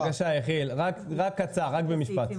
בבקשה יחיאל, רק שיהיה קצר, במשפט.